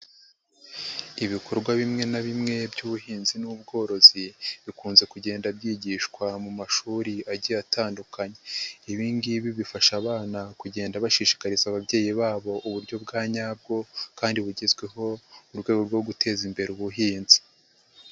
Ibikorwa bimwe na bimwe by'ubuhinzi n'ubworozi bikunze kugenda byigishwa mu mashuri agiye atandukanye, ibi ngibi bifasha abana kugenda bashishikariza ababyeyi babo uburyo bwa nyabwo kandi bugezweho mu rwego rwo guteza imbere ubuhinzi.